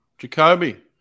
Jacoby